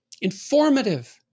informative